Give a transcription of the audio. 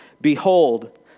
Behold